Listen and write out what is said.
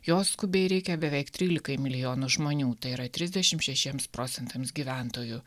jos skubiai reikia beveik trylikai milijonų žmonių tai yra trisdešimt šešiems procentams gyventojų